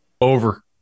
Over